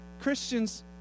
Christians